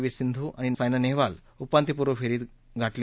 V Sindhu आणि सायना नेहवालनं उपांत्यपूर्व फेरी गाठली